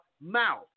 mouth